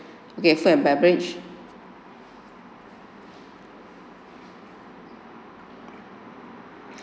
okay food and beverage